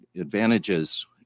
advantages